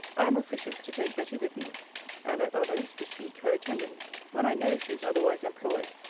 i am officious to take betty with me and at others, bespeak her attendance, when i know she is otherwise employed,